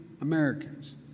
Americans